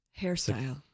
Hairstyle